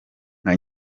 nka